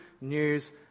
news